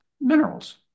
minerals